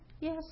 Yes